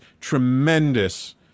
tremendous